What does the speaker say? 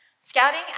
Scouting